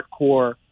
hardcore